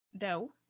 No